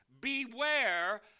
beware